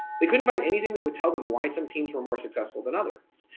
they couldn't find anything that would tell them why some teams were more successful than others.